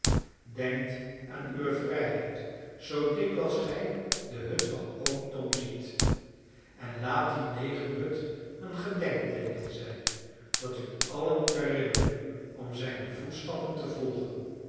denkt aan uwe vrijheid zoo dikwijls gij de hut van oom tom ziet en laat die negerhut een gedenkteeken zijn dat u allen moet herinneren om zijne voetstappen te volgen